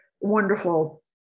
wonderful